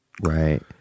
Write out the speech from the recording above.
Right